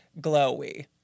glowy